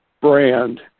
brand